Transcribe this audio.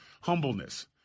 humbleness